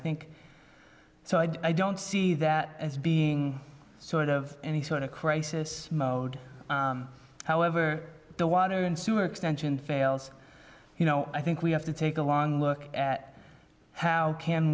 think so i don't see that as being sort of any sort of crisis mode however the water and sewer extension fails you know i think we have to take a long look at how can